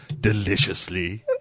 deliciously